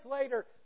later